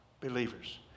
believers